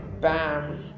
bam